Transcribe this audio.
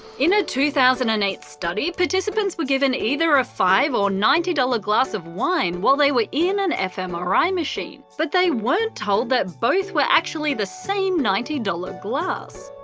in a two thousand and eight study, participants were given a either a five or ninety dollar glass of wine while they were in an fmri machine. but they weren't told that both were actually the same ninety dollars glass.